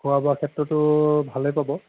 খোৱা বোৱা ক্ষেত্ৰতো ভালেই পাব